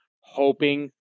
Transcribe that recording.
hoping